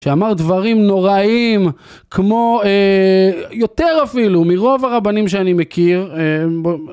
שאמר דברים נוראים כמו... יותר אפילו מרוב הרבנים שאני מכיר